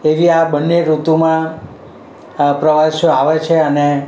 એવી આ બંને ઋતુમાં પ્રવાસીઓ આવે છે અને